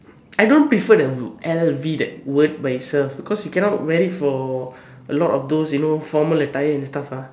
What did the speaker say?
I don't prefer the L_V the word by itself because you cannot wear it for a lot of those you know formal attire and stuff ah